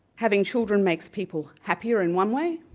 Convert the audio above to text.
having children makes people happier in one way,